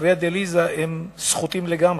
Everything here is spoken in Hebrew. אחרי הדיאליזה הם סחוטים לגמרי,